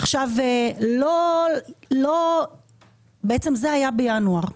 עכשיו, בעצם זה היה בינואר.